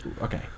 Okay